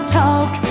talk